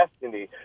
destiny